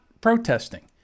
protesting